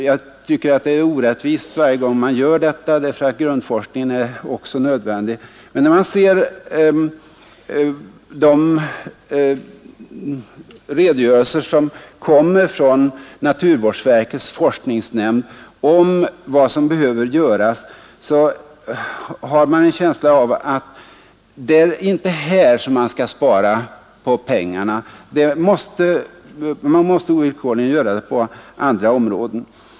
Jag tycker att varje sådan motsatsställning är orättvis, eftersom också grundforskning är nödvändig. Men när man ser naturvårdsverkets forskningsnämnds redogörelser för vad som behöver göras får man en känsla av att det inte är på detta område som man skall spara på pengarna utan det måste i så fall ovillkorligen ske på andra områden.